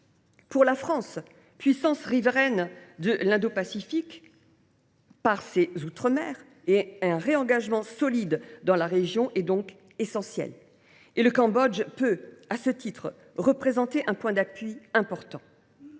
Pour la France, puissance riveraine de l’Indo Pacifique par ses outre mer, un réengagement solide dans la région est essentiel et le Cambodge peut représenter un point d’appui important.